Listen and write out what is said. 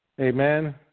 Amen